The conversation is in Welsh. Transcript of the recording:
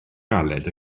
galed